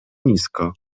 nisko